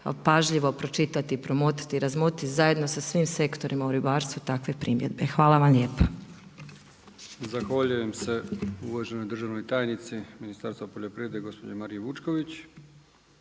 pažljivo pročitati, promotriti, razmotriti zajedno sa svim sektorima u ribarstvu takve primjedbe. Hvala vam lijepa. **Brkić, Milijan (HDZ)** Zahvaljujem se uvaženoj državnoj tajnici Ministarstva poljoprivrede gospođi Mariji Vučković